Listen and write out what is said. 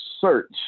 search